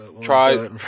try